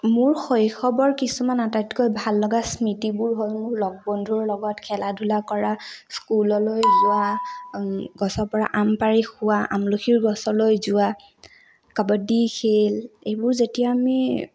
মোৰ শৈশৱৰ কিছুমান আটাইতকৈ ভাল লগা স্মৃতিবোৰ হ'ল মোৰ লগ বন্ধুৰ লগত খেলা ধূলা কৰা স্কুললৈ যোৱা গছৰ পৰা আম পাৰি খোৱা আমলখিৰ গছলৈ যোৱা কাবাডী খেল এইবোৰ যেতিয়া আমি